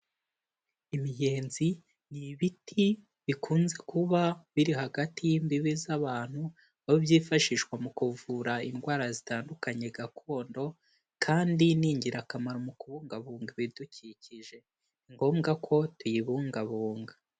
Imiyenzi ni ibiti bikunze kuba biri hagati y'imbibi z'abantu aho byifashishwa mu kuvura indwara zitandukanye gakondo kandi ni ingirakamaro mu kubungabunga ibidukikije. Ni ngombwa ko tuyibungabunga.